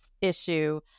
issue